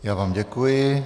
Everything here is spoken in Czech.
Já vám děkuji.